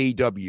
AW